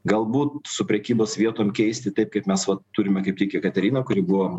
galbūt su prekybos vietom keisti taip kaip mes va turime kaip jekateriną kuri buvo